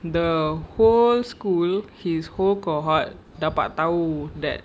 the whole school his whole cohort dapat tahu that